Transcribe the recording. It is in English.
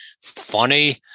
Funny